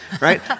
right